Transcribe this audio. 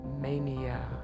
Mania